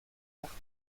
art